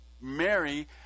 Mary